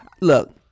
look